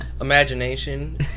imagination